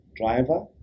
driver